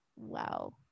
Wow